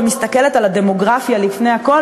ומסתכלת על הדמוגרפיה לפני הכול,